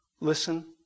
listen